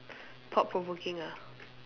thought provoking ah